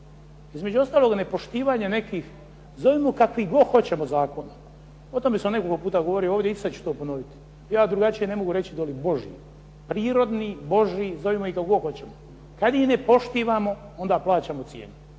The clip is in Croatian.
Između ostaloga nepoštivanje nekih, zovimo kakvih god hoćemo zakona, o tome sam nekoliko puta govorio ovdje, i sad ću to ponoviti. Ja drugačije ne mogu reći doli Božji, prirodni, Božji, zovimo ih kako god hoćemo. Kad ih ne poštivamo onda plaćamo cijenu.